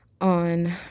on